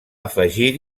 afegir